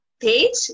page